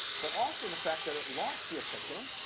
but also in the fact that it lost the operculum,